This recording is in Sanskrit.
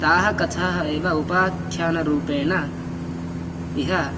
ताः कथाः एव उपाख्यानरूपेण इह